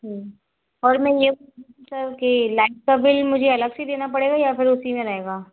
और मैं ये पूछ रही थी कि लाइट का बिल मुझे अलग से देना पड़ेगा या उसी में रहेगा